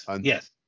yes